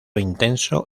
intenso